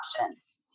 options